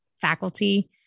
faculty